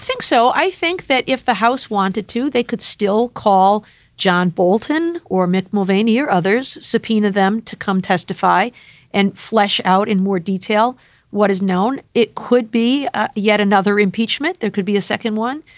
so i think that if the house wanted to, they could still call john bolton or mick mulvaney or others. subpoena them to come testify and flesh out in more detail what is known. it could be yet another impeachment. there could be a second one.